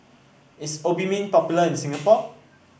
is Obimin popular in Singapore